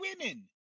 women